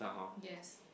yes